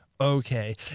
Okay